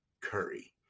Curry